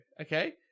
okay